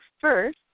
first